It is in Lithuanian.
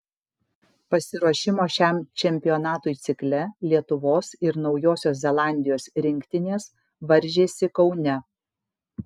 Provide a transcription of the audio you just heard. pasiruošimo šiam čempionatui cikle lietuvos ir naujosios zelandijos rinktinės varžėsi kaune